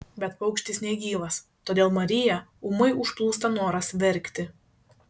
bet paukštis negyvas todėl mariją ūmai užplūsta noras verkti